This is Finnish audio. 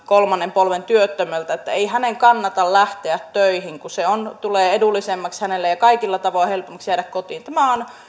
kolmannen polven työttömältä ei hänen kannata lähteä töihin kun se tulee edullisemmaksi hänelle ja kaikilla tavoin helpommaksi jäädä kotiin tämä on